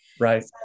Right